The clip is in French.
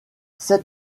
sept